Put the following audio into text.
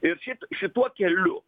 ir šit šituo keliu